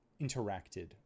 interacted